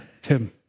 Tim